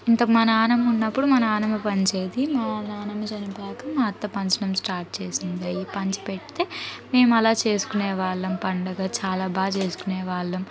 ఇంత మా నానమ్మ ఉన్నప్పుడు మా నాన్నమ్మ పంచేది మా నానమ్మ చనిపోయాక మా అత్త పంచడం స్టార్ట్ చేసింది పంచి పెడితే మేమలా చేసుకునే వాళ్ళం పండుగ చాలా బాగా చేసుకునేవాళ్లం